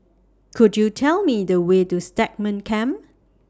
Could YOU Tell Me The Way to Stagmont Camp